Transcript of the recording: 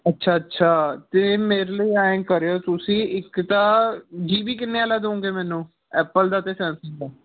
ਅੱਛਾ ਅੱਛਾ ਅਤੇ ਮੇਰੇ ਲਈ ਐਂ ਕਰਿਓ ਤੁਸੀਂ ਇੱਕ ਤਾਂ ਜੀ ਬੀ ਕਿੰਨੇ ਵਾਲਾ ਦਿਉਂਗੇ ਮੈਨੂੰ ਐਪਲ ਦਾ ਅਤੇ ਸੈਮਸੰਗ ਦਾ